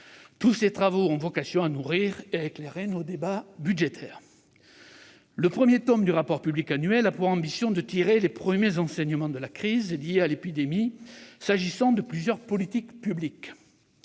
Tous ces travaux ont vocation à nourrir et à éclairer nos débats budgétaires. Le premier tome du rapport public annuel a pour ambition de tirer les premiers enseignements de la crise liée à l'épidémie s'agissant de plusieurs politiques publiques.